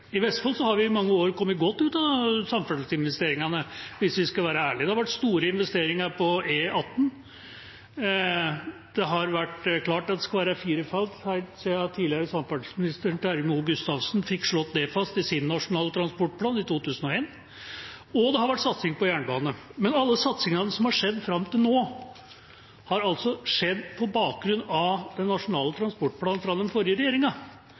I Vestfold har vi, hvis vi skal være ærlige, i mange år kommet godt ut av samferdselsinvesteringene. Det har vært store investeringer på E18 – det har vært klart at det skal være fire felt helt siden tidligere samferdselsminister Terje Moe Gustavsen fikk slått det fast i den nasjonale transportplanen i 2001 – og det har vært satsing på jernbane. Men alle satsingene som har skjedd fram til nå, har altså skjedd på bakgrunn av den nasjonale transportplanen fra den forrige regjeringa.